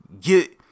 get